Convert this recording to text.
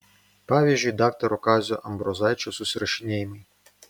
pavyzdžiui daktaro kazio ambrozaičio susirašinėjimai